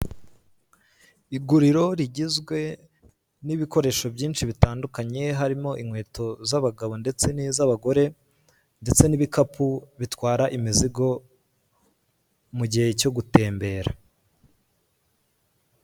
Iguriro rigizwe n'ibikoresho byinshi bitandukanye, harimo inkweto z'abagabo ndetse n'iz'abagore, ndetse n'ibikapu bitwara imizigo mu gihe cyo gutembera.